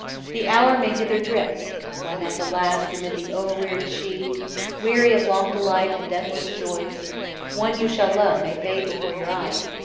the hour may hither drift when at the last, amid the o'erwearied shee weary of long delight and deathless joys one you shall love may fade before your eyes,